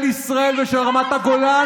של ישראל ושל רמת הגולן.